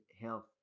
health